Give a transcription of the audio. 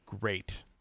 Great